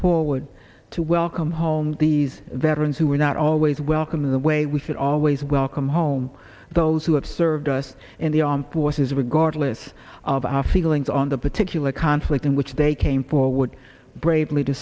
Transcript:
forward to welcome home these veterans who are not always welcome in the way we should always welcome home those who have served us in the armed forces regardless of our feelings on the particular conflict in which they came forward brave